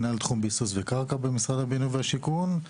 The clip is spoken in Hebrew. מנהל תחום ביסוס וקרקע במשרד הבינוי והשיכון.